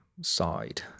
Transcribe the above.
side